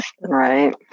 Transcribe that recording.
Right